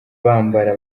bambara